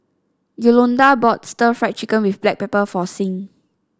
Yolonda bought stir Fry Chicken with Black Pepper for Sing